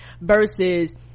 versus